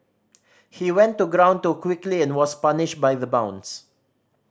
he went to ground too quickly and was punished by the bounce